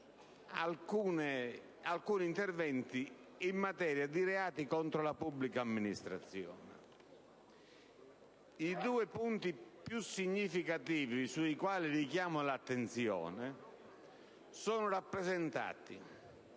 alcuni interventi in materia di reati contro la pubblica amministrazione. I due punti più significativi sui quali richiamo l'attenzione sono rappresentati